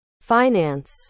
finance